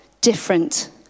different